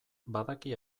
badaki